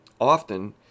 often